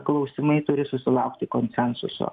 klausimai turi susilaukti konsensuso